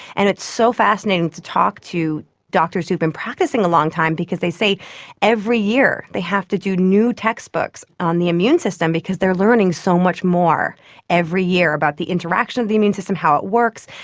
and it's so fascinating to talk to doctors who've been practising a long time because they say every year they have to do new textbooks on the immune system because they are learning so much more every year about the interaction of the immune system, how it works.